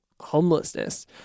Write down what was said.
homelessness